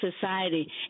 society